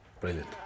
Brilliant